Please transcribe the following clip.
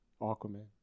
Aquaman